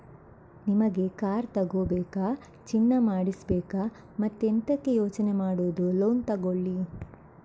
ನಿಮಿಗೆ ಕಾರ್ ತಗೋಬೇಕಾ, ಚಿನ್ನ ಮಾಡಿಸ್ಬೇಕಾ ಮತ್ತೆಂತಕೆ ಯೋಚನೆ ಮಾಡುದು ಲೋನ್ ತಗೊಳ್ಳಿ